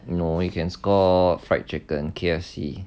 no you can score fried chicken K_F_C